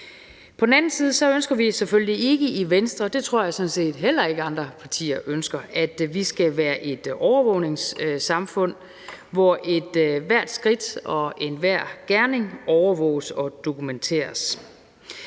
På den anden side ønsker vi selvfølgelig ikke i Venstre, og det tror jeg sådan set heller ikke andre partier ønsker, at vi skal være et overvågningssamfund, hvor ethvert skridt og enhver gerning overvåges og dokumenteres.